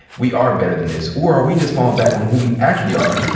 we are better than this? or are we just falling back on who we actually are,